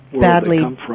badly